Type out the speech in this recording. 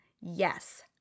Yes